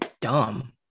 dumb